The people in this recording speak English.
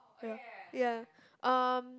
oh yeah yeah um